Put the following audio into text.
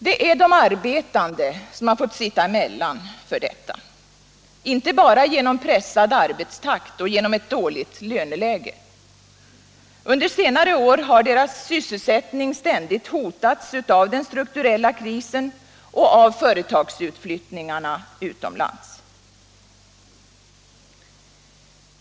Det är de arbetande som har fått sitta emellan för detta, inte bara genom pressad arbetstakt och genom ett dåligt löneläge. Under senare år har deras sysselsättning ständigt hotats av den strukturella krisen och av företagsutflyttningarna utomlands.